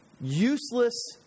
useless